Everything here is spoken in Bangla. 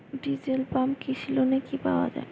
ডিজেল পাম্প কৃষি লোনে কি পাওয়া য়ায়?